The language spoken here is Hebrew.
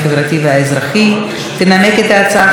תנמק את ההצעה חברת הכנסת תמר זנדברג.